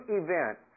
event